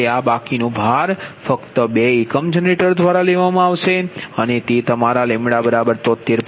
હવે આ બાકીનો ભાર ફક્ત આ બે એકમ જનરેટર દ્વારા લેવામાં આવશે અને તે તમારા 73